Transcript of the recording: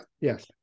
Yes